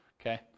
okay